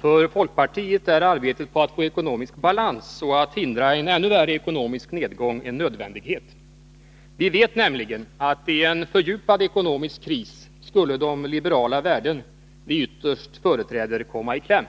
För folkpartiet är arbetet på att få ekonomisk balans och att hindra en ännu värre ekonomisk nedgång en nödvändighet. Vi vet nämligen att i en fördjupad ekonomisk kris skulle de liberala värden vi ytterst företräder komma i kläm.